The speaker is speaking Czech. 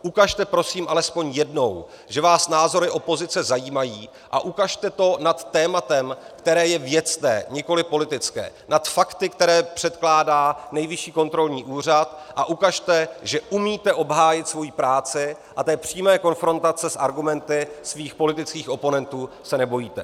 Ukažte prosím alespoň jednou, že vás názory opozice zajímají, a ukažte to nad tématem, které je věcné, nikoliv politické, nad fakty, které předkládá Nejvyšší kontrolní úřad, a ukažte, že umíte obhájit svoji práci a té přímé konfrontace s argumenty svých politických oponentů se nebojíte.